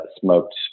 smoked